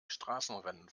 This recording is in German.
straßenrennen